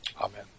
amen